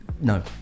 No